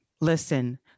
Listen